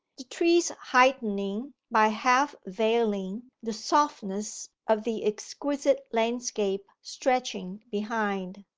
the trees heightening, by half veiling, the softness of the exquisite landscape stretching behind.